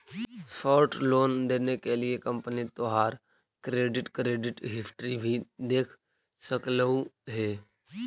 short loan देने के लिए कंपनी तोहार क्रेडिट क्रेडिट हिस्ट्री भी देख सकलउ हे